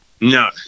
No